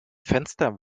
fenster